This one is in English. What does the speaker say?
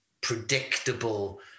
predictable